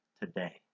today